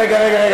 רגע, רגע.